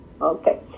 okay